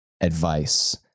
advice